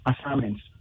assignments